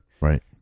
Right